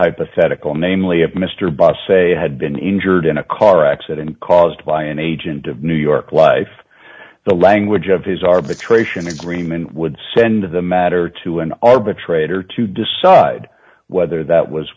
hypothetical namely if mr abbas a had been injured in a car accident caused by an agent of new york life the language of his arbitration agreement would send the matter to an arbitrator to decide whether that was